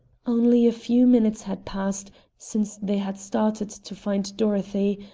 only a few minutes had passed since they had started to find dorothy,